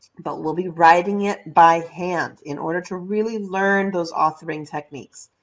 but we'll be writing it by hand in order to really learn those authoring techniques,